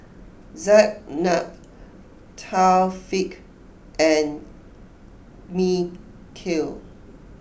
Zaynab Thaqif and Mikhail